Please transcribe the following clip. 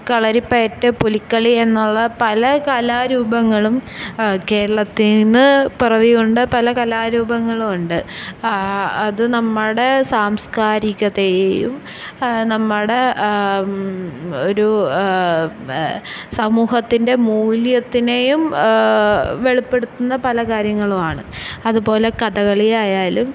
കളരിപ്പയറ്റ് പുലിക്കളി എന്നുള്ള പല കലാരൂപങ്ങളും കേരളത്തിൽ നിന്ന് പിറവി കൊണ്ട പല കലാരൂപങ്ങളും ഉണ്ട് അത് നമ്മുടെ സാംസ്കാരികതയേയും നമ്മുടെ ഒരു സമൂഹത്തിന്റെ മൂല്യത്തിനേയും വെളിപ്പെടുത്തുന്ന പല കാര്യങ്ങളുവാണ് അത്പോലെ കഥകളിയായാലും